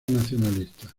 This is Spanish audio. nacionalista